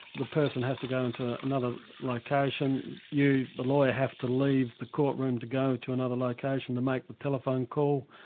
the person has to go into another location, you, the lawyer, have to leave the courtroom to go to another location and make the telephone call.